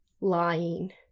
lying